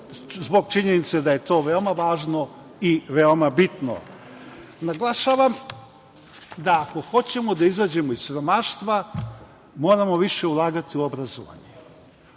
zbog činjenice da je to veoma važno i veoma bitno. Naglašavam, da ako hoćemo da izađemo iz siromaštva, moramo više ulagati u obrazovanje.